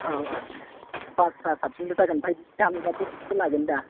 औ औ बासआ साबसिनबो जागोन ओमफ्राय दामफोरा बेसेसो लागोन दा